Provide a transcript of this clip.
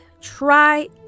try